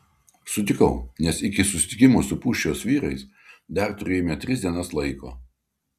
sutikau nes iki susitikimo su pūščios vyrais dar turėjome tris dienas laiko